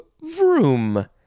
vroom